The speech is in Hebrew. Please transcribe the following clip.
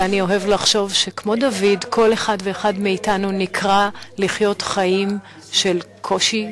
ואני אוהב לחשוב שכמו דוד כל אחד ואחד מאתנו נקרא לחיות חיים של קושי,